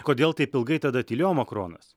kodėl taip ilgai tada tylėjo makronas